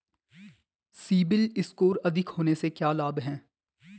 CIBIL score अधिक होने से क्या लाभ हैं?